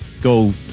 go